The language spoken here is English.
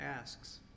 asks